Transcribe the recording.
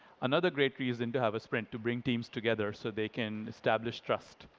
another great reason to have a sprint to bring teams together so they can establish trust.